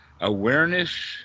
awareness